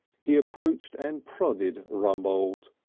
he approached and prodded rumbold.